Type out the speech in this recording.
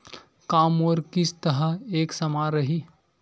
का मोर किस्त ह एक समान रही?